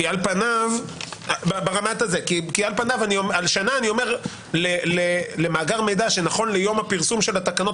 כי על פניו השנה אני אומר למאגר מידע שנכון ליום הפרסום של התקנות,